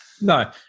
No